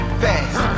fast